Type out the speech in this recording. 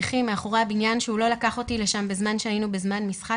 בשיחים מאחורי הבניין שהוא לא לקח אותי לשם בזמן שהיינו בזמן משחק